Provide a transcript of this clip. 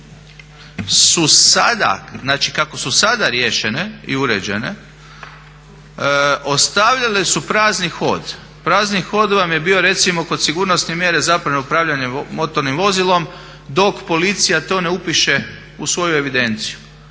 su sada, znači kako su sada riješene i uređene, stavljale su prazni hod. Prazni hod vam je bio recimo kod sigurnosne mjere zabrane upravljanja motornim vozilom dok policija to ne upiše u svoju evidenciju.